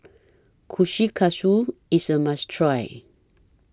Kushikatsu IS A must Try